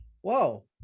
whoa